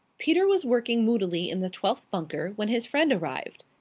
peter was working moodily in the twelfth bunker when his friend arrived.